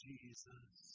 Jesus